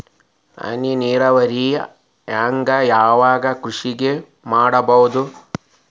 ಹನಿ ನೇರಾವರಿ ನಾಗ್ ಯಾವ್ ಕೃಷಿ ಮಾಡ್ಬೋದು?